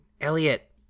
Elliot